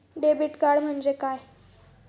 Debit card म्हणजे काय?